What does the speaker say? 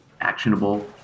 actionable